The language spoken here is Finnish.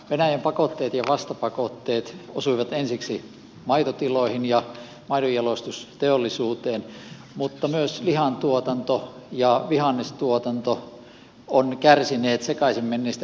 venäjän pakotteet ja vastapakotteet osuivat ensiksi maitotiloihin ja maidonjalostusteollisuuteen mutta myös lihantuotanto ja vihannestuotanto ovat kärsineet sekaisin menneistä elintarvikemarkkinoista